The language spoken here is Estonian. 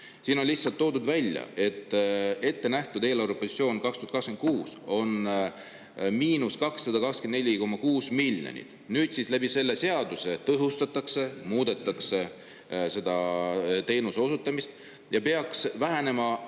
siin on lihtsalt toodud välja, et ettenähtud eelarvepositsioon 2026 on –224,6 miljonit. Läbi selle seaduse tõhustatakse, muudetakse seda teenuse osutamist ja peaks vähenema